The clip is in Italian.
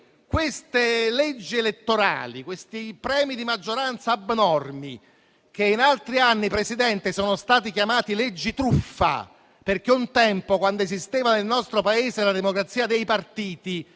Queste leggi elettorali, questi premi di maggioranza abnormi, in altri anni, Presidente, sono state chiamate leggi-truffa, perché un tempo, quando esisteva nel nostro Paese la democrazia dei partiti,